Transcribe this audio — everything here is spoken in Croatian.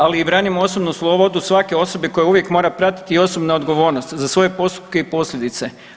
Ali branimo i osobnu slobodu svake osobe koja uvijek mora pratiti i osobna odgovornost za svoje postupke i posljedice.